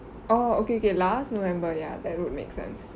orh okay okay last november yah that would make sense